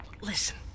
Listen